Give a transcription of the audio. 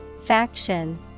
Faction